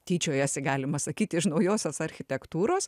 tyčiojasi galima sakyti iš naujos architektūros